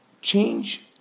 Change